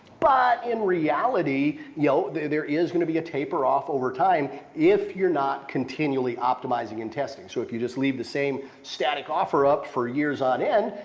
but in reality, you know, there there is gonna be a taper off over time if you're not continually optimizing and testing. so, if you just leave the same static offer up for years on end,